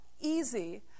easy